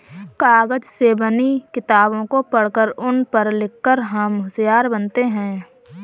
कागज से बनी किताबों को पढ़कर उन पर लिख कर हम होशियार बनते हैं